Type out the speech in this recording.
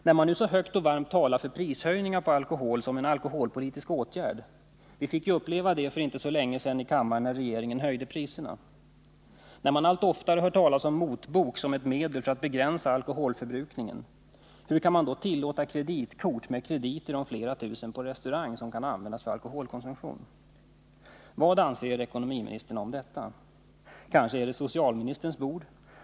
När man nu så högt och varmt talar för prishöjningar på alkohol som en alkoholpolitisk åtgärd — vi fick ju uppleva det för inte så länge sedan i kammaren när Gösta Bohmans regering höjde priserna — och när man allt oftare hör talas om motbok som ett medel för att begränsa alkoholförbrukningen, hur kan man då tillåta kreditkort med krediter om flera tusen på restauranger, som kan användas för alkoholkonsumtion? Vad anser ekonomiministern om detta? Kanske är det socialministerns bord.